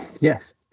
yes